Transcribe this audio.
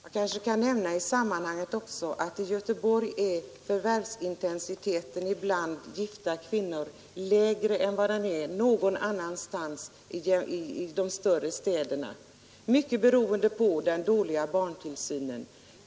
Herr talman! Jag kan nämna i sammanhanget att i Göteborg är förvärvsintensiteten bland gifta kvinnor lägre än någon annanstans i de större städerna, mycket beroende på svårigheterna med barntillsynen.